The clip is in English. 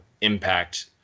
impact